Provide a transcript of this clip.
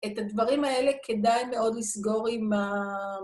את הדברים האלה כדאי מאוד לסגור עם ה...